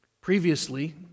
Previously